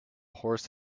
horse